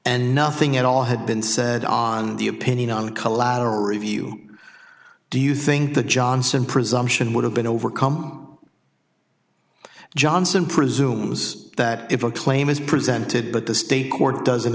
and nothing at all had been said on the opinion on the collateral review do you think the johnson presumption would have been overcome johnson presumes that if a claim is presented but the state court doesn't